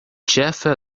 ĉefe